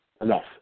Enough